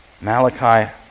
Malachi